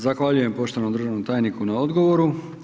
Zahvaljujem poštovanom državnom tajniku na odgovoru.